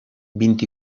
vint